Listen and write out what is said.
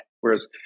Whereas